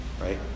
right